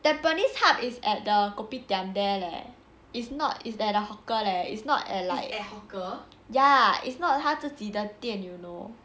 tampines hub is at the kopitiam there leh it's not is that the hawker leh it's not at like ya it's not 他自己的店 you know